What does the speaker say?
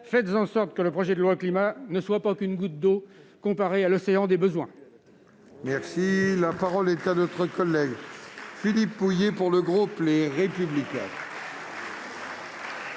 Faites en sorte que le projet de loi Climat ne soit pas qu'une goutte d'eau comparée à l'océan des besoins. La parole est à M. Philippe Mouiller, pour le groupe Les Républicains.